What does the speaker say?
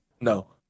No